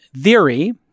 theory